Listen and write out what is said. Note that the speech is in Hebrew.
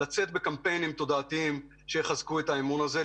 לצאת בקמפיינים תודעתיים שיחזקו את האמון הזה,